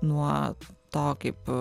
nuo to kaip